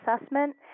assessment